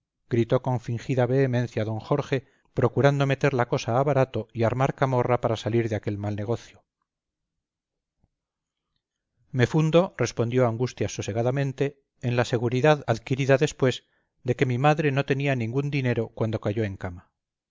gritó con fingida vehemencia d jorge procurando meter la cosa a barato y armar camorra para salir de aquel mal negocio me fundo respondió angustias sosegadamente en la seguridad adquirida después de que mi madre no tenía ningún dinero cuando cayó en cama